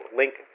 link